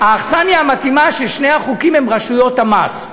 האכסניה המתאימה של שני החוקים היא רשויות המס.